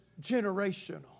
generational